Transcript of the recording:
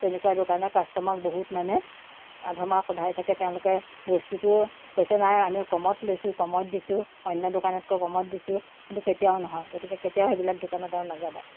তেনেকুৱা দোকানত কাষ্ট'মাৰক বহুত মানে মাধমাৰ সোধাই থাকে তেওঁলোকে বস্তুটো কৈছে নাই আমি কমত লৈছোঁ কমত দিছোঁ অন্য দোকানতকৈ কমত দিছোঁ কিন্তু কেতিয়াও নহয় গতিকে কেতিয়াও সেইবিলাক দোকানত আৰু নাযাবা